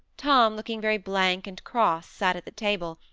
tom, looking very blank and cross, sat at the table,